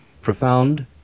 profound